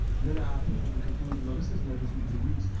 and then i came to the conclusion, no, this isn't every two to three weeks,